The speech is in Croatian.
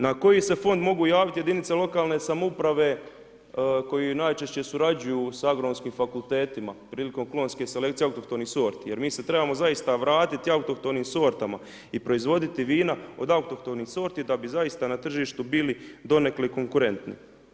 Na koji se fond mogu javiti jedinice lokalne samouprave koje najčešće surađuju sa agronomskim fakultetima prilikom klonske selekcije autohtonih sorti jer mi se trebamo zaista vratiti autohtonim sortama i proizvoditi vina od autohtonih sorti da bi zaista na tržištu bili donekle konkurentni.